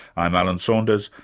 i'm alan saunders,